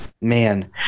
Man